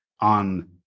on